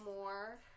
more